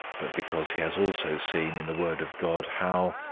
but because he has also seen in the word of god how,